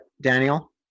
Daniel